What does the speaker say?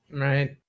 Right